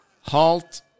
Halt